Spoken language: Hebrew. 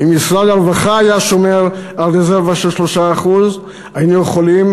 אם משרד הרווחה היה שומר על רזרבה של 3% היינו יכולים